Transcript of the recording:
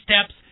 steps